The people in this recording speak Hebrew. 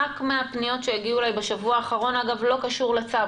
רק מן הפניות שהגיעו אליי בשבוע אחרון אגב בלי קשר לצו,